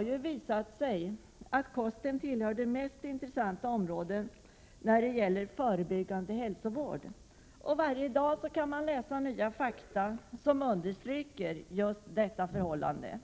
Det har visat sig att kosten hör till de mest intressanta områdena inom den förebyggande hälsovården. Varje dag kan man läsa om nya fakta som understryker detta förhållande.